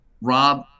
Rob